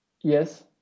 Yes